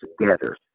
together